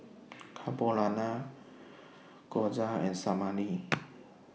Carbonara Gyoza and Salami